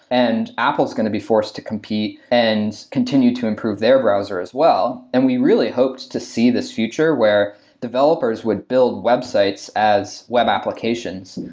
and apple is going to be forced to compete and continue to improve their browser as well. and we really hope to see this future where developers would build websites as web applications,